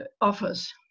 offers